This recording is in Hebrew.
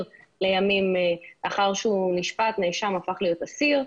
לימים לאחר שהוא נשפט ונאשם והפך להיות אסיר.